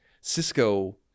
Cisco